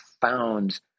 found